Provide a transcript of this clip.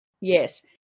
Yes